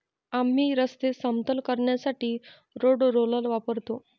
आम्ही रस्ते समतल करण्यासाठी रोड रोलर वापरतो